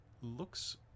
Looks